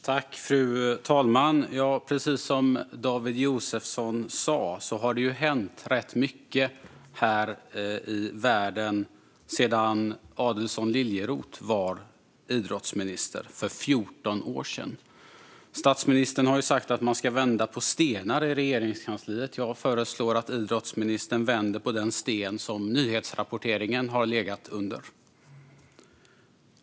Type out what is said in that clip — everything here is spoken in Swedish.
Fru talman! Precis som David Josefsson sa har det hänt rätt mycket här i världen sedan Adelsohn Liljeroth var idrottsminister för 14 år sedan. Statsministern har sagt att man ska vända på stenar i Regeringskansliet. Jag föreslår att idrottsministern vänder på den sten som nyhetsrapporteringen har legat under.